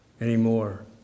anymore